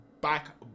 back